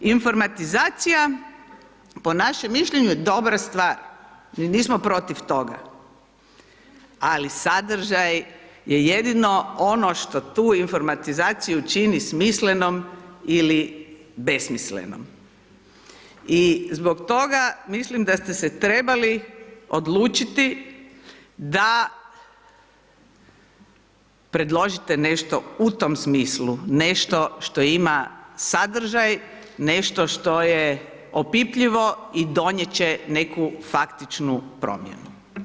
Informatizacija po našem mišljenju dobra stvar, mi nismo protiv toga, ali sadržaj je jedino ono što tu informatizaciju čini smislenom ili besmislenom i zbog toga mislim da ste se trebali odlučiti da predložite nešto u tom smislu, nešto što ima sadržaj, nešto što je opipljivo i donijet će neku faktičnu promjenu.